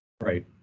Right